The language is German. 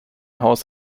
haus